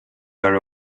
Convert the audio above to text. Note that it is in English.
are